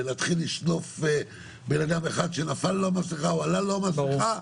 ולהתחיל לשלוף בן אדם אחד שנפלה לא המסכה או עלתה לו המסכה,